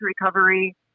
recovery